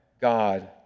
God